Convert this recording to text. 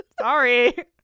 Sorry